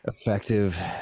effective